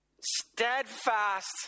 steadfast